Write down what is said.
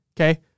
Okay